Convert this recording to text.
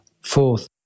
Fourth